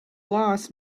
loss